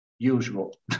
usual